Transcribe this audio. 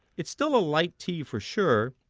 it's still a light tea for sure